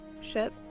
ship